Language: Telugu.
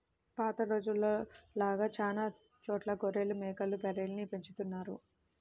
పాత రోజుల్లో లాగా చానా చోట్ల గొర్రెలు, మేకలు, బర్రెల్ని పెంచుతున్నారు